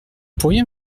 pourriez